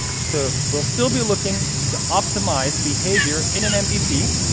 so we'll still be looking to optimize behavior in an mdp,